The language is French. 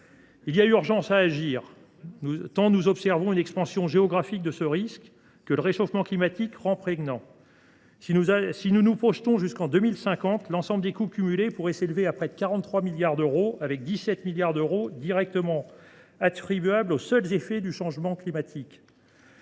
Il y a urgence à agir, tant nous observons une expansion géographique du risque de retrait gonflement des argiles, que le réchauffement climatique rend prégnant. Si nous nous projetons jusqu’en 2050, l’ensemble des coûts cumulés pourrait s’élever à près de 43 milliards d’euros, dont 17 milliards seraient directement attribuables aux seuls effets du changement climatique.